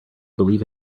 believe